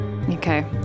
Okay